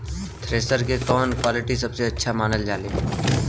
Thresher के कवन quality सबसे अच्छा मानल जाले?